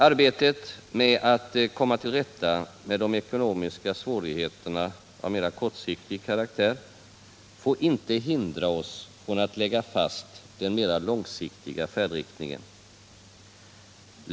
Arbetet för att komma till rätta med de ekonomiska svårigheterna av mera kortsiktig karaktär får inte hindra oss från att lägga fast den mera långsiktiga färdriktningen.